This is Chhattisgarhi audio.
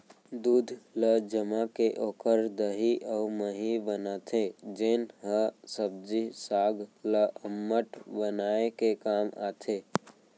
दूद ल जमाके ओकर दही अउ मही बनाथे जेन ह सब्जी साग ल अम्मठ बनाए के काम आथे